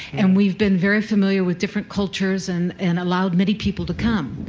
and we've been very familiar with different cultures and and allowed many people to come.